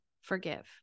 forgive